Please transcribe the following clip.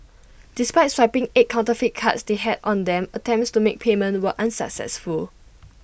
despite swiping eight counterfeit cards they had on them attempts to make payment were unsuccessful